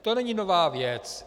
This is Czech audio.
To není nová věc.